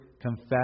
confess